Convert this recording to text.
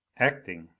acting!